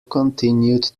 continued